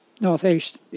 northeast